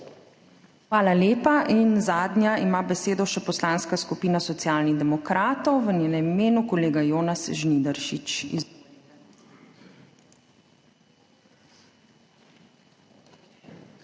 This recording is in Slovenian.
Hvala lepa. Zadnja ima besedo še Poslanska skupina Socialnih demokratov, v njenem imenu kolega Jonas Žnidaršič.